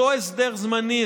זה אותו הסדר זמני,